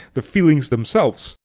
the feelings themselves.